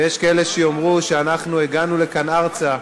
ויש כאלה שיאמרו שהגענו לכאן, ארצה,